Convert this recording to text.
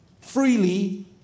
Freely